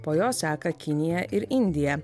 po jos seka kinija ir indija